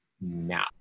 now